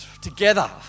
together